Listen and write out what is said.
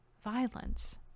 violence